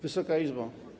Wysoka Izbo!